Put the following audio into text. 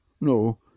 no